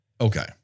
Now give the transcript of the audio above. Okay